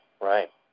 right